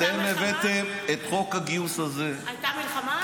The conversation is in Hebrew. אתם הבאתם את חוק הגיוס הזה --- הייתה מלחמה?